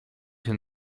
się